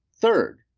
Third